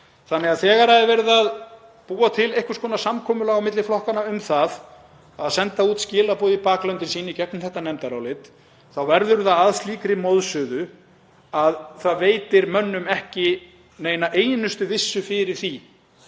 sal.. Þegar er verið að búa til einhvers konar samkomulag á milli flokkanna um að senda út skilaboð í baklöndin sín í gegnum þetta nefndarálit þá verður það að slíkri moðsuðu að það veitir mönnum ekki eina einustu vissu fyrir því